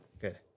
Good